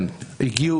הגיעו